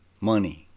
money